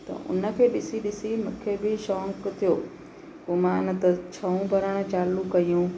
त उन खे ॾिसी ॾिसी मूंखे बि शौक़ु थियो पोइ मां न त छऊं भरणु चालू कयूं